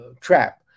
trap